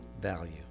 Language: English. value